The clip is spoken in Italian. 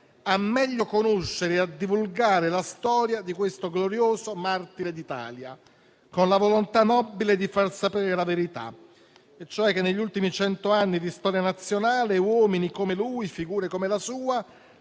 meglio e a divulgare la storia di questo glorioso martire d'Italia con la nobile volontà di far sapere la verità, ossia che negli ultimi cento anni di storia nazionale uomini come lui e figure come la sua